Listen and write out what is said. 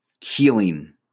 healing